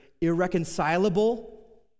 irreconcilable